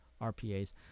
RPAs